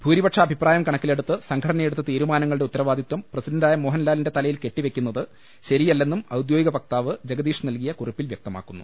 ഭൂരിപക്ഷ അഭിപ്രായം കണക്കിലെടുത്ത് സംഘടനയെടുത്ത തീരുമാനങ്ങളുടെ ഉത്തരവാദിത്വം പ്രസിഡണ്ടായ മോഹൻലാലിന്റെ തലയിൽ കെട്ടിവെയ്ക്കുന്നത് ശരിയല്ലെന്നും ഔദ്യോഗിക വക്താവ് ജഗദീഷ് നൽകിയ കുറിപ്പിൽ വ്യക്തമാക്കുന്നു